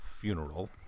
funeral